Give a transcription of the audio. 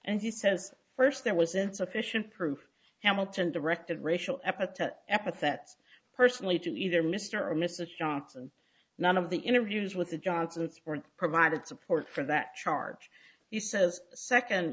and he says first there was insufficient proof hamilton directed racial epithets epithets personally to either mr or mrs johnson none of the interviews with the johnson it's provided support for that charge it says second